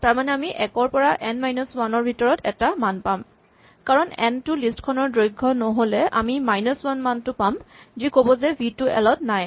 তাৰমানে আমি এক ৰ পৰা এন মাইনাচ ৱান ৰ ভিতৰত এটা মান পাম কাৰণ এন টো লিষ্ট খনৰ দৈৰ্ঘ নহ'লে আমি মাইনাচ ৱান মানটো পাম যি ক'ব যে ভি টো এল ত নাই